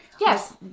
yes